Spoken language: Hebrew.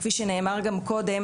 כפי שנאמר גם קודם